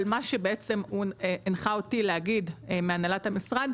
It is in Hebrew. אבל מה שהוא הנחה אותי להגיד מהנהלת המשרד,